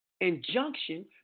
Injunction